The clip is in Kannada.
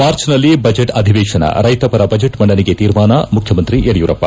ಮಾರ್ಚ್ನಲ್ಲಿ ಬಜೆಟ್ ಅಧಿವೇಶನ ರೈತಪರ ಬಜೆಟ್ ಮಂಡನೆಗೆ ತೀರ್ಮಾನ ಮುಖ್ಯಮಂತ್ರಿ ಯಡಿಯೂರಪ್ಪ